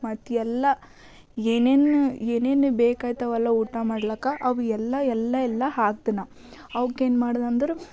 ಮತ್ತು ಏಲ್ಲ ಏನೇನು ಏನೇನು ಬೇಕಾಗ್ತವಲ್ಲ ಊಟ ಮಾಡ್ಲಿಕ್ಕೆ ಅವು ಏಲ್ಲ ಏಲ್ಲ ಏಲ್ಲ ಹಾಕ್ದೆನಾ ಅವ್ಕೇನು ಮಾಡ್ದೆ ಅಂದ್ರೆ